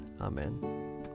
Amen